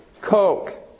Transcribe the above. Coke